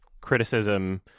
criticism